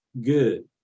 good